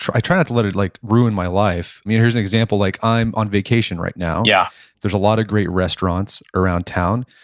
i try not to let it like ruin my life. i mean here's an example, like i'm on vacation right now. yeah there's a lot of great restaurants around town.